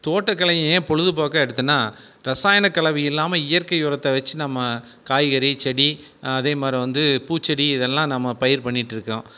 தோட்டக்கலையை ஏன் பொழுதுபோக்காக எடுத்தேன்னா இரசாயனக் கலவை இல்லாமல் இயற்கை உரத்தை வெச்சி நம்ம காய்கறி செடி அதேமாதிரி வந்து பூச்செடி இது எல்லாம் நம்ம பயிர் பண்ணிட்டு இருக்கோம்